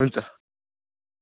हुन्छ